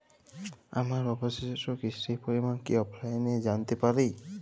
আমার অবশিষ্ট কিস্তির পরিমাণ কি অফলাইনে জানতে পারি?